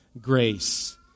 grace